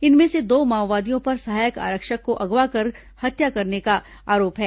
इनमें से दो माओवादियों पर सहायक आरक्षक को अगवा कर हत्या करने का आरोप है